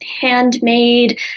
handmade